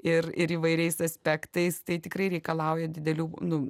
ir ir įvairiais aspektais tai tikrai reikalauja didelių nu